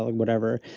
like whatever.